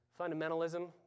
fundamentalism